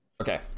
Okay